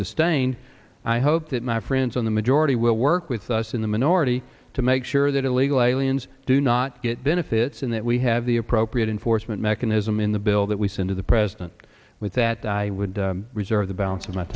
sustained i hope that my friends on the majority will work with us in the minority to make sure that illegal aliens do not get benefits and that we have the appropriate enforcement mechanism in the bill that we send to the president with that i would reserve the b